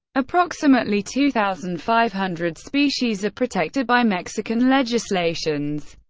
approximately two thousand five hundred species are protected by mexican legislations,